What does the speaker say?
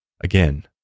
again